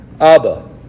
Abba